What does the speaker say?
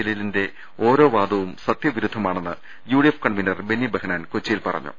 ജലീലിന്റെ ഓരോ വാദവും സത്യവിരുദ്ധമാണെന്ന് യുഡിഎഫ് കൺവീനർ ബെന്നി ബെഹനാൻ കൊച്ചിയിൽ പറഞ്ഞു